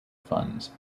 funds